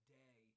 day